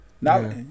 Now